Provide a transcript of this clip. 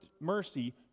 mercy